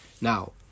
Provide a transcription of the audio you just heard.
now